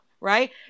right